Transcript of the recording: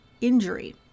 injury